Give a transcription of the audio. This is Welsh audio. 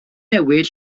newid